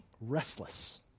restless